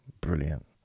Brilliant